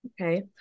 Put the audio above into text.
Okay